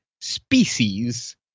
species